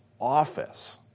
office